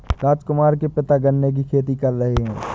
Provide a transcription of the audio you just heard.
राजकुमार के पिता गन्ने की खेती कर रहे हैं